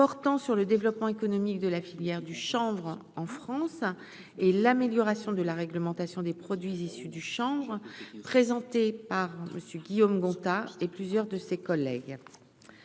portant sur le développement économique de la filière du chanvre en France et l'amélioration de la réglementation des produits issus du chanvre, présenté par Monsieur Guillaume Gontard et plusieurs de ses collègues